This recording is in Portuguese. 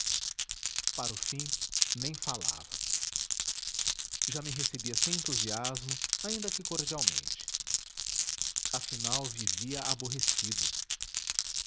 para o fim nem falava já me recebia sem entusiasmo ainda que cordialmente afinal vivia aborrecido